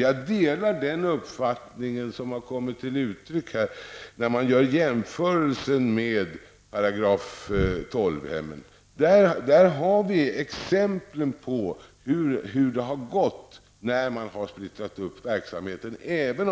Jag delar den uppfattning som har kommit till uttryck här, nämligen att vi här kan göra en jämförelse med § 12-hemmen. Där har vi exempel på hur det har gått när man har splittrat upp verksamheten. Men